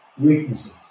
weaknesses